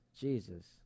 Jesus